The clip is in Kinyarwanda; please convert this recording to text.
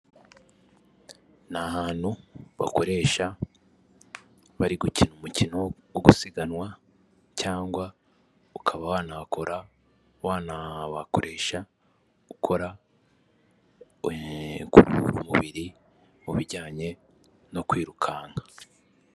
Ni ahantu bakoresha bari gukina umukino wo gusiganwa cyangwa ukaba wanahakoresha ukora kugorora umubiri mu bijyanye no kwirukanka.